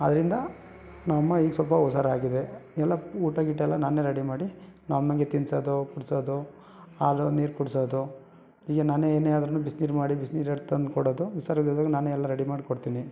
ಆದ್ದರಿಂದ ನಮ್ಮಮ್ಮ ಈಗ ಸ್ವಲ್ಪ ಹುಷಾರಾಗಿದೆ ಎಲ್ಲ ಊಟ ಗೀಟ ಎಲ್ಲ ನಾನೇ ರೆಡಿ ಮಾಡಿ ನಮ್ಮಮ್ಮಗೆ ತಿನ್ನಿಸೋದು ಕುಡಿಸೋದು ಹಾಲು ನೀರು ಕುಡಿಸೋದು ಈಗ ನಾನೇ ಏನೇ ಆದರೂ ಬಿಸಿ ನೀರು ಮಾಡಿ ಬಿಸಿ ನೀರು ತಂದು ಕೊಡೋದು ಹುಷಾರಿಲ್ಲದಾಗ ನಾನೇ ಎಲ್ಲ ರೆಡಿ ಮಾಡಿಕೊಡ್ತೀನಿ